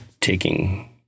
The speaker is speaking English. taking